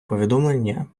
повідомлення